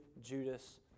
Judas